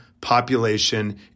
population